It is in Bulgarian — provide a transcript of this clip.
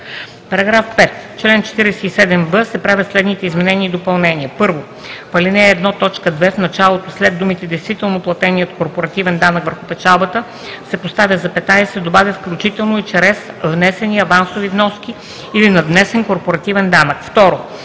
§ 5: „§ 5. В чл. 47в се правят следните изменения и допълнения: „1. В ал. 1, т. 2 в началото след думите „действително платеният корпоративен данък върху печалбата“ се поставя запетая и се добавя „включително и чрез внесени авансови вноски или надвнесен корпоративен данък,“.